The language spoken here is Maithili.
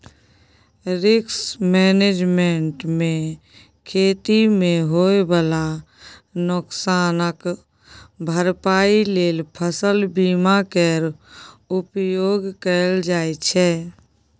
रिस्क मैनेजमेंट मे खेती मे होइ बला नोकसानक भरपाइ लेल फसल बीमा केर उपयोग कएल जाइ छै